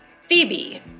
Phoebe